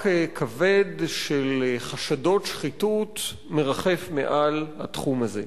כבד של חשדות שחיתות מרחף מעל התחום הזה.